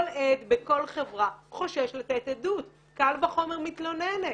כל עד בכל חברה חושש לתת עדות, קל וחומר מתלוננת.